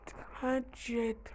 hundred